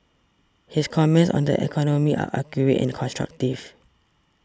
his comments on the economy are accurate and constructive